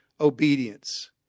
obedience